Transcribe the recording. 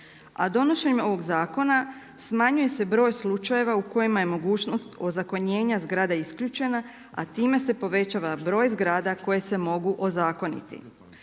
i graditeljstvo smanjuje se broj slučajeva u kojima je mogućnost ozakonjenja zgrada isključena i čime bi se povećao broj zgrada koji se mogu ozakoniti,